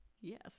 Yes